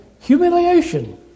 humiliation